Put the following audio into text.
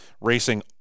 racing